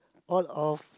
all of